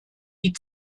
die